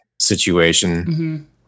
situation